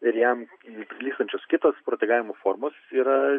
ir jam prilygstančios kitos protegavimo formos yra